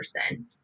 person